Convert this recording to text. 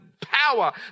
Power